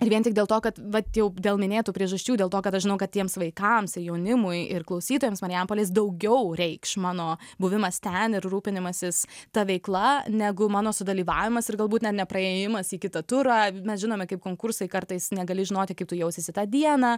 ir vien tik dėl to kad vat jau dėl minėtų priežasčių dėl to kad aš žinau kad tiems vaikams ir jaunimui ir klausytojams marijampolės daugiau reikš mano buvimas ten ir rūpinimasis ta veikla negu mano sudalyvavimas ir galbūt net ne praėjimas į kitą turą mes žinome kaip konkursai kartais negali žinoti kaip tu jausiesi tą dieną